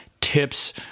tips